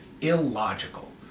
illogical